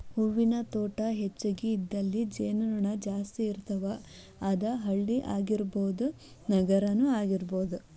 ಹೂವಿನ ತೋಟಾ ಹೆಚಗಿ ಇದ್ದಲ್ಲಿ ಜೇನು ನೊಣಾ ಜಾಸ್ತಿ ಇರ್ತಾವ, ಅದ ಹಳ್ಳಿ ಆಗಿರಬಹುದ ನಗರಾನು ಆಗಿರಬಹುದು